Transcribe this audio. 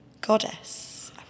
goddess